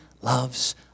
loves